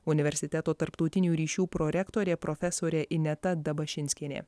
universiteto tarptautinių ryšių prorektorė profesorė ineta dabašinskienė